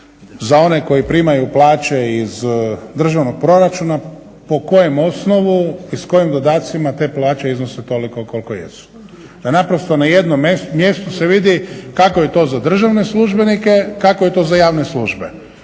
za one koji primaju plaće iz državnog proračuna po kojem osnovu i s kojim dodacima te plaće iznose toliko koliko jesu. Da naprosto na jednom mjestu se vidi kako je to za državne službenike, kako je to za javne službe.